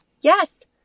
Yes